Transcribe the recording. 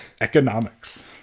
Economics